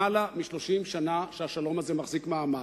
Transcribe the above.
למעלה מ-30 שנה שהשלום הזה מחזיק מעמד.